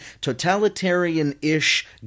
totalitarian-ish